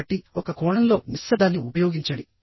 కాబట్టి ఒక కోణంలో నిశ్శబ్దాన్ని ఉపయోగించండి